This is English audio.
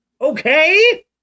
Okay